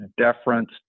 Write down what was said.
deference